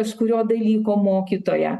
kažkurio dalyko mokytoją